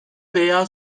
veya